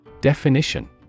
Definition